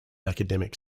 academic